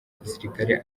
gisirikare